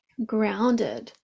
grounded